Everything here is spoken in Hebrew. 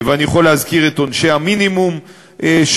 ואני יכול להזכיר את עונשי המינימום שחוקקנו,